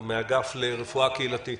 מן האגף לרפואה קהילתית.